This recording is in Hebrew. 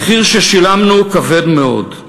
המחיר ששילמנו היה כבד מאוד,